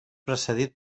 precedit